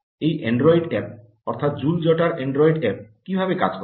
এই Android app অর্থাৎ জুল জটার অ্যান্ড্রয়েড অ্যাপ্ কীভাবে কাজ করে